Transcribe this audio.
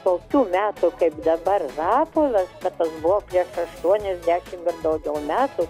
tokių metų kaip dabar rapolas kad tas buvo prieš aštuoniasdešim ir daugiau metų